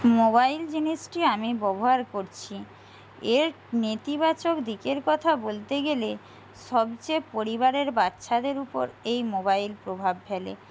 mobile জিনিসটি আমি ব্যবহার করছি এর নেতিবাচক দিকের কথা বলতে গেলে সবচেয়ে পরিবারের বাচ্চাদের উপর এই মোবাইল প্রভাব ফেলে